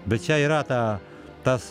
bet čia yra ta tas